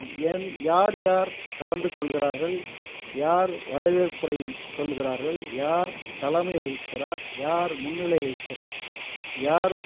என் யார் யார் கலந்து கொள்கிறார்கள் யார் வரவேற்புரை சொல்லுகிறார்கள் யார் தலைமை வகிக்கிறார் யார் முன்னிலை வகிக்கிறார் யார்